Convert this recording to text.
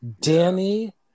Danny